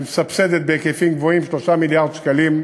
ומסבסדת בהיקפים גבוהים, של 3 מיליארד שקלים,